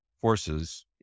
forces